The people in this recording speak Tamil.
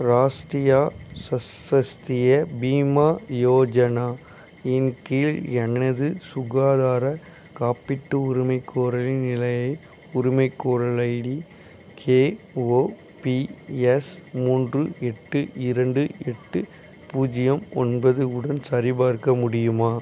ராஸ்டிரியா ஸ்வஸ்ஃபஸ்திய பீமா யோஜனா இன் கீழ் எனது சுகாதார காப்பீட்டு உரிமைக்கோரலின் நிலையை உரிமைக்கோரல் ஐடி கேஓபிஎஸ் மூன்று எட்டு இரண்டு எட்டு பூஜ்ஜியம் ஒன்பது உடன் சரிபார்க்க முடியுமா